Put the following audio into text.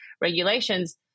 regulations